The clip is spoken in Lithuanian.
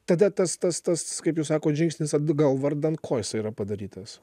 tada tas testas kaip jūs sakote žingsnis atgal vardan ko jisai yra padarytas